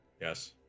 Yes